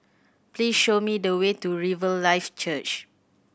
please show me the way to Riverlife Church